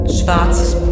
Schwarzes